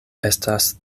estas